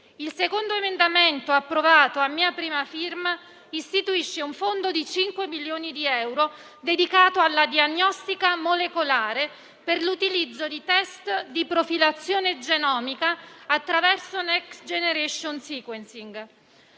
Il secondo emendamento approvato, a mia prima firma, istituisce un fondo di 5 milioni di euro dedicato alla diagnostica molecolare per l'utilizzo di test di profilazione genomica attraverso *next generation sequencing*.